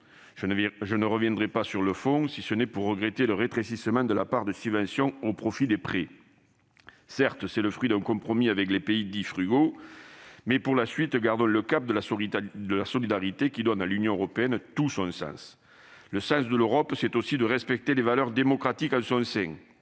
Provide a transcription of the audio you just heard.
Je ne reviendrai pas sur le fond, si ce n'est pour regretter le rétrécissement de la part de subventions au profit des prêts. Certes, c'est le fruit d'un compromis avec les pays dits « frugaux ». Mais, pour la suite, gardons le cap de la solidarité, qui donne à l'Union européenne tout son sens. Le sens de l'Europe, c'est aussi le respect des valeurs démocratiques en son sein.